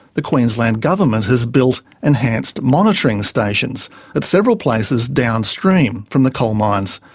the queensland government has built enhanced monitoring stations at several places downstream from the coal mines.